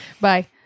Bye